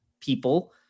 people